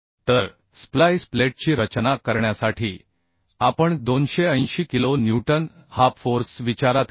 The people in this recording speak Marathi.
तर स्प्लाइस प्लेटची रचना करण्यासाठी आपण 280 किलो न्यूटन हा फोर्स विचारात घेऊ